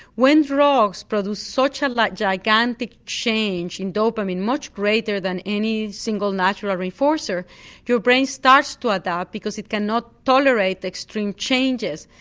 when drugs produce such a like gigantic change in dopamine much greater than any single natural reinforcer your brain starts to adapt because it cannot tolerate extreme changes.